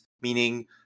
meaning